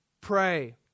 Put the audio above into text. pray